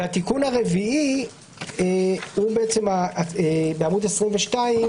התיקון הרביעי בעמוד 22,